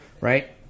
right